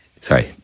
Sorry